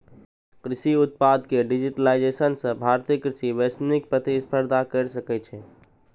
कृषि उत्पाद के डिजिटाइजेशन सं भारतीय कृषि वैश्विक प्रतिस्पर्धा कैर सकै छै